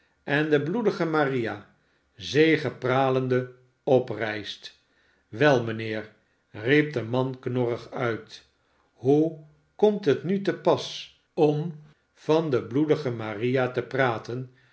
en de bloedige maria zegepralende oprijst wel mijnheer riep de man knorrig uit hoe komt het nu te pas om van de bloedige maria te praten